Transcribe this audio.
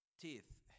teeth